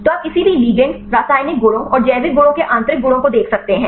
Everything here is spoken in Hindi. तो आप किसी भी लिगैंड रासायनिक गुणों और जैविक गुणों के आंतरिक गुणों को देख सकते हैं